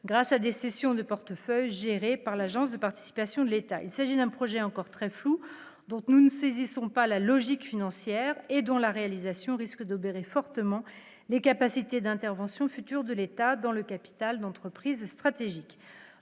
grâce à des cessions de portefeuilles gérés par l'Agence des participations de l'État, il s'agit d'un projet encore très flou, donc nous ne saisissons pas la logique financière et dont la réalisation risque d'obérer fortement les capacités d'intervention future de l'État dans le capital d'entreprises stratégique,